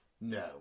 No